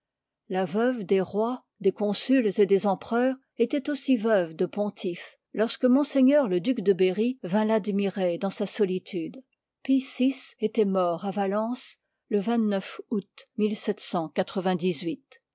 la veuve des rois des consuls et des empereurs étoit aussi veuve de pontifes lorsque m le duc de berry vint l'admirer dans sa solitude pie yi ëtoit mort à valence le août